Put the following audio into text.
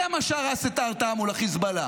זה מה שהרס את ההרתעה מול החיזבאללה.